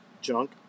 junk